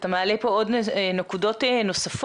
אתה מעלה פה עוד נקודות נוספות,